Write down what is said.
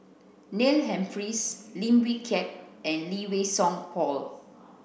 Neil Humphreys Lim Wee Kiak and Lee Wei Song Paul